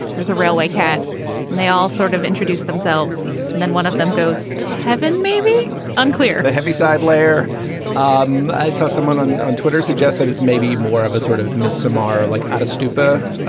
there's a railway cat, and they all sort of introduce themselves and then one of them goes to heaven, maybe unclear the heavy side layer um i saw someone on on twitter suggests that it's maybe more of a sort of midsomer like out of stupor.